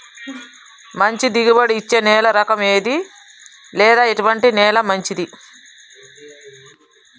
మంచి దిగుబడి ఇచ్చే నేల రకం ఏది లేదా ఎటువంటి నేల మంచిది?